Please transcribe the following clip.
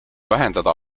vähendada